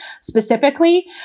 specifically